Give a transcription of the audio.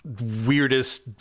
weirdest